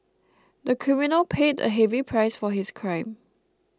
the criminal paid a heavy price for his crime